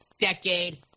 decade